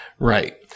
Right